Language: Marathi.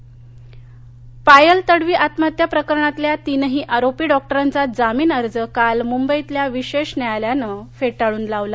तुडवी आत्महत्या प्रकरण पायल तडवी आत्महत्या प्रकरणातल्या तीनही आरोपी डॉक्टरांचा जामीन अर्ज काल मुंबईतल्या विशेष न्यायालयानं फेटाळून लावला